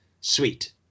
sweet